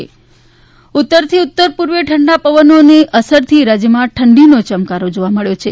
હવામાન ઉત્તરથી ઉત્તરપૂર્વીય ઠંડા પવનોની અસરથી રાજ્યમાં ઠંડીનો યમકારો જોવા મળ્યો છે